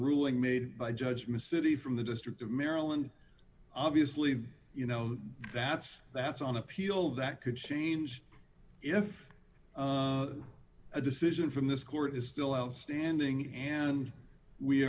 ruling made by judge miss city from the district of maryland obviously you know that's that's on appeal that could change if a decision from this court is still outstanding and we